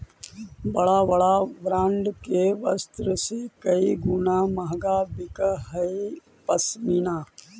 बड़ा बड़ा ब्राण्ड के वस्त्र से कई गुणा महँगा बिकऽ हई पशमीना